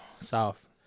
South